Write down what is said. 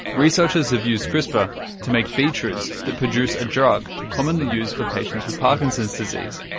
researchers have used crispr to make beetroots that produce a drug commonly used for patients with parkinson's disease,